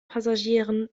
passagieren